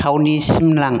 थावनिसिम लां